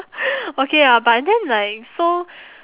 okay ah but then like so